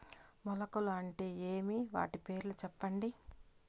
మొలకలు అంటే ఏమి? వాటి పేర్లు సెప్పండి?